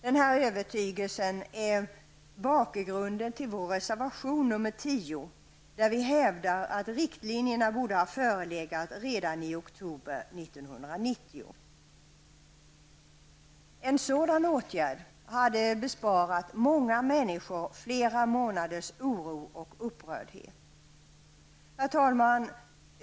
Denna övertygelse är bakgrunden till vår reservation nr 10. Vi hävdar där att riktlinjerna borde ha förelegat redan i oktober 1990. En sådan åtgärd hade besparat många människor flera månaders oro och upprördhet. Herr talman!